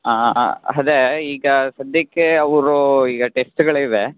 ಹಾನ್ ಹಾನ್ ಅದೇ ಈಗ ಸದ್ಯಕ್ಕೆ ಅವರು ಈಗ ಟೆಸ್ಟ್ಗಳಿವೆ